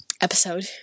episode